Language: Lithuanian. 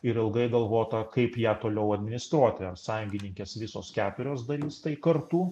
ir ilgai galvota kaip ją toliau administruoti sąjungininkės visos keturios darys tai kartu